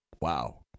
Wow